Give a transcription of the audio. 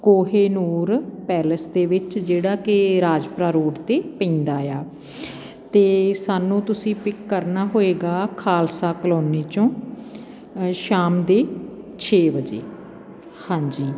Kohinoor palace ਦੇ ਵਿੱਚ ਜਿਹੜਾ ਕਿ ਰਾਜਪੁਰਾ ਰੋਡ 'ਤੇ ਪੈਂਦਾ ਆ ਅਤੇ ਸਾਨੂੰ ਤੁਸੀਂ ਪਿੱਕ ਕਰਨਾ ਹੋਏਗਾ ਖ਼ਾਲਸਾ ਕਲੋਨੀ 'ਚੋਂ ਸ਼ਾਮ ਦੇ ਛੇ ਵਜੇ ਹਾਂਜੀ